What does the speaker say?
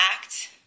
act